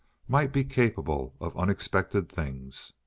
might be capable of unexpected things.